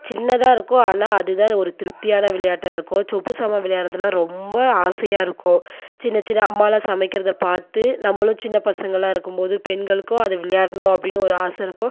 சின்னதாக இருக்கும் ஆனால் அதுதான் ஒரு திருப்தியான விளையாட்டாக இருக்கும் சொப்புசாமான் விளையாட்டுறதுலாம் ரொம்ப ஆசையாக இருக்கும் சின்ன சின்ன அம்மாலாம் சமைக்கிறத பார்த்து நம்மளும் சின்ன பசங்களாக இருக்கும்போது பெண்களுக்கும் அது விளையாடனும் அப்படின்னு ஒரு ஆசை இருக்கும்